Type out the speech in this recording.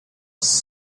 was